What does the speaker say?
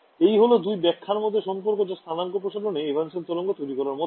এই হল দুই ব্যাখ্যার মধ্যে সম্পর্ক যা স্থানাঙ্ক প্রসারণ এ এভান্সেন্ত তরঙ্গ তৈরি হওয়ার মতই